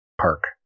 park